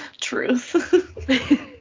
truth